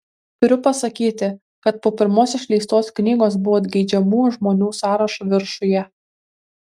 turiu pasakyti kad po pirmos išleistos knygos buvot geidžiamų žmonių sąrašo viršuje